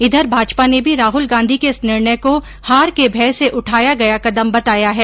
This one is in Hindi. इधर भाजपा ने भी राहुल गांधी के इस निर्णय को हार के भय से उठाया गया कदम बताया है